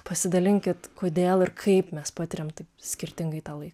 pasidalinkit kodėl ir kaip mes patiriam taip skirtingai tą laiką